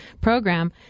program